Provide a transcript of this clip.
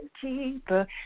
keeper